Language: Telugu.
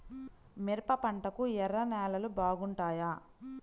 మిరప పంటకు ఎర్ర నేలలు బాగుంటాయా?